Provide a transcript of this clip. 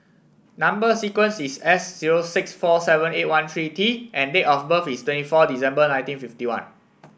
number sequence is S zero six four seven eight thirteen T and date of birth is twenty four December nineteen fifty one